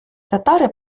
татари